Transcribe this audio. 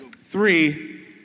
Three